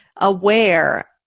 aware